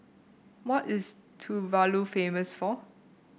what is Tuvalu famous for